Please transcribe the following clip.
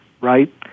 right